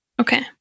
Okay